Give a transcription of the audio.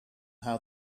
how